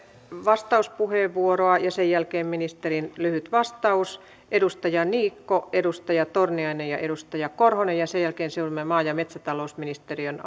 vastauspuheenvuoroa ja sen jälkeen ministerin lyhyt vastaus edustaja niikko edustaja torniainen ja edustaja korhonen ja sen jälkeen siirrymme maa ja metsätalousministeriön